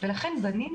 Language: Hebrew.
לכן בנינו